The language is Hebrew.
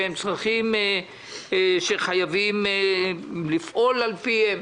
שהם צרכים שחייבים לפעול על פיהם.